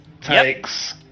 takes